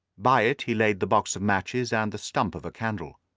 by it he laid the box of matches and the stump of a candle.